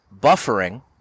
Buffering